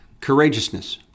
courageousness